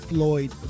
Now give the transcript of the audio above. Floyd